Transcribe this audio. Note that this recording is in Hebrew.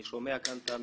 אני שומע כאן את המרכזים,